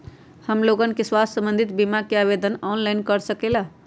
हमन लोगन के स्वास्थ्य संबंधित बिमा का आवेदन ऑनलाइन कर सकेला?